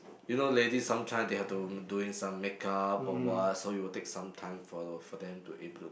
you know ladies sometime they have to doing some make up or what so it will take some time for for them to able to